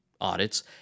audits